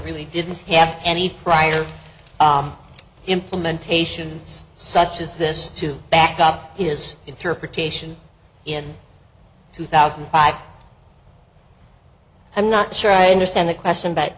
really didn't have any prior implementations such as this to back up his interpretation in two thousand and five and not sure i understand the question but